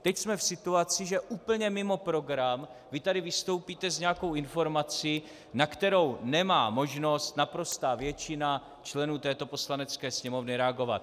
Teď jsme v situaci, že úplně mimo program vy tady vystoupíte s nějakou informací, na kterou nemá možnost naprostá většina členů této Poslanecké sněmovny reagovat.